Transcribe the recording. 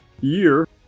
year